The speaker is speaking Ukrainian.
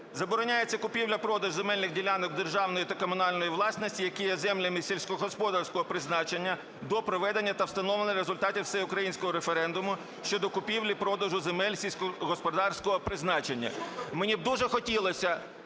"Забороняється купівля-продаж земельних ділянок державної та комунальної власності, які є землями сільськогосподарського призначення, до проведення та встановлення результатів всеукраїнського референдуму щодо купівлі-продажу земель сільськогосподарського призначення". Мені б дуже хотілося,